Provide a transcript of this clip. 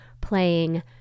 playing